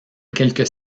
quelques